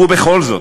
ובכל זאת,